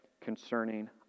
concerning